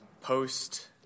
post